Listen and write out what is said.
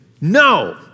no